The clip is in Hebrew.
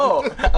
בסדר.